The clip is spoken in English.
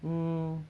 mm